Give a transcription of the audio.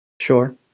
Sure